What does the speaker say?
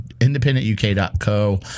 independent.uk.co